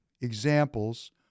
examples